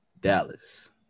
Dallas